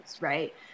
right